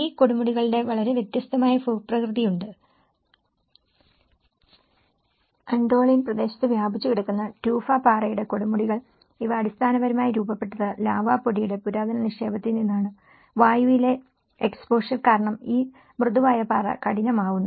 ഈ കൊടുമുടികളുടെ വളരെ വ്യത്യസ്തമായ ഭൂപ്രകൃതിയുണ്ട് ആൻടോളിൻ പ്രദേശത്ത് വ്യാപിച്ചുകിടക്കുന്ന ട്യൂഫ പാറയുടെ കൊടുമുടികൾ ഇവ അടിസ്ഥാനപരമായി രൂപപ്പെട്ടത് ലാവാ പൊടിയുടെ പുരാതന നിക്ഷേപത്തിൽ നിന്നാണ് വായുവിലെ എക്സ്പോഷർ കാരണം ഈ മൃദുവായ പാറ കഠിനമാവുന്നു